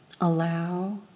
Allow